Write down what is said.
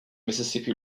mississippi